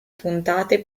puntate